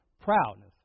proudness